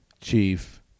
chief